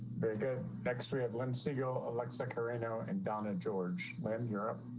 very good. next we have lynn siegel alexa current know and donna george when you're